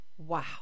Wow